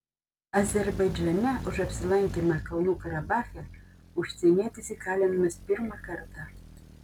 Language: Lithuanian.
azerbaidžane už apsilankymą kalnų karabache užsienietis įkalinamas pirmą kartą